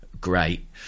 great